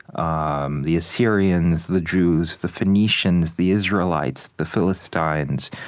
um the assyrians, the jews, the phoenicians, the israelites, the philistines,